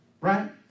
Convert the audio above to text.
right